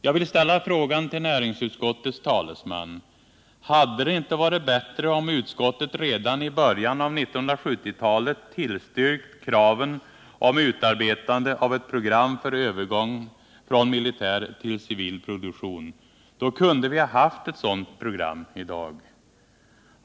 Jag vill ställa frågan till näringsutskottets talesman: Hade det inte varit bättre om utskottet redan i början av 1970-talet tillstyrkt kraven på utarbetande av ett program för övergång från militär till civil produktion? Då kunde vi ha haft ett sådant program i dag.